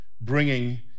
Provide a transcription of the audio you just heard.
bringing